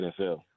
NFL